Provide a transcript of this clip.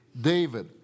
David